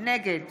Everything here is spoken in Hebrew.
נגד